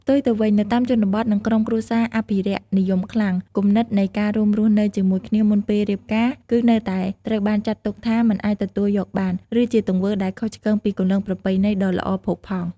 ផ្ទុយទៅវិញ នៅតាមជនបទ និងក្រុមគ្រួសារអភិរក្សនិយមខ្លាំង គំនិតនៃការរួមរស់នៅជាមួយគ្នាមុនពេលរៀបការ គឺនៅតែត្រូវបានចាត់ទុកថា មិនអាចទទួលយកបាន ឬជាទង្វើដែលខុសឆ្គងពីគន្លងប្រពៃណីដ៏ល្អផូរផង់។